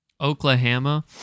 Oklahoma